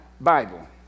Bible